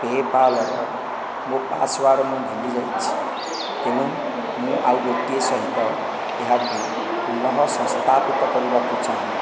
ପେ'ପାଲ୍ର ମୋ' ପାସୱାର୍ଡ଼ ମୁଁ ଭୁଲି ଯାଇଛି ତେଣୁ ମୁଁ ଆଉ ଗୋଟିଏ ସହିତ ଏହାକୁ ପୁନଃସଂସ୍ଥାପିତ କରିବାକୁ ଚାହେଁ